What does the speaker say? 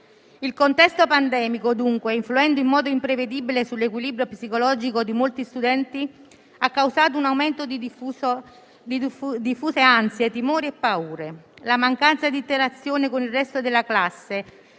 Il contesto pandemico, dunque, influendo in modo imprevedibile sull'equilibrio psicologico di molti studenti, ha causato un aumento diffuso di ansia, timori e paure. La mancanza di interazione con il resto della classe